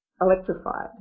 electrified